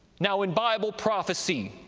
now in bible prophecy,